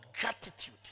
gratitude